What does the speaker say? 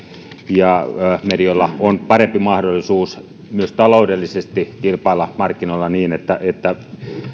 ja medialla on parempi mahdollisuus myös taloudellisesti kilpailla markkinoilla niin että että